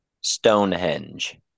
Stonehenge